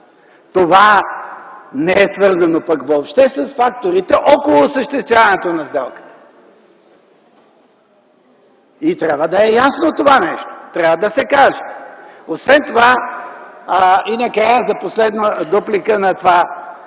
това не е свързано пък въобще с факторите около осъществяването на сделката, и трябва да е ясно това нещо, трябва да се каже. И накрая за последно, дуплика на това